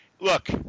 look